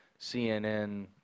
CNN